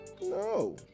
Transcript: no